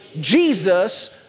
Jesus